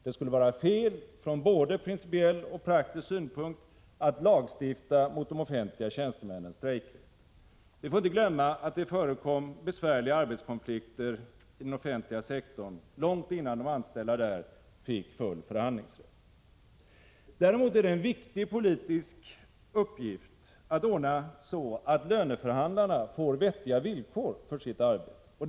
Det skulle vara fel från både principiell och praktisk synpunkt att lagstifta mot de offentliga tjänstemännens strejkrätt. Vi får inte glömma att det förekom besvärliga konflikter inom den offentliga sektorn, långt innan de anställda där fick full förhandlingsrätt. Däremot är det en viktig politisk uppgift att ordna så att löneförhandlarna får vettiga villkor för sitt arbete.